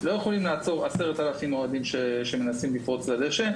לא יכולים לעצור 10,000 אוהדים שמנסים לפרוץ לדשא.